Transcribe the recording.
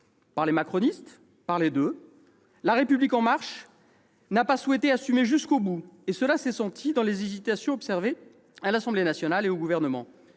Par les macronistes ? Par les deux ? La République En Marche n'a pas souhaité l'assumer jusqu'au bout, et cela s'est senti dans les hésitations observées à l'Assemblée nationale et au Gouvernement.